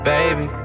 Baby